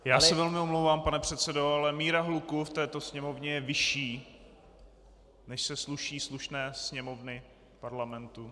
Já se velmi omlouvám, pane předsedo, ale míra hluku v této Sněmovně je vyšší, než se sluší slušné Sněmovny Parlamentu.